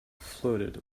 floated